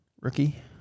rookie